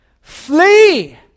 flee